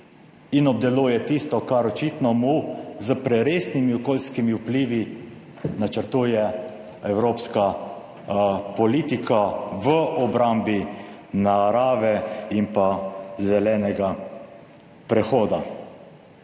in obdeluje tisto, kar očitno mu s preresnimi okoljskimi vplivi načrtuje evropska politika v obrambi narave in pa zelenega prehoda.